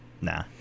nah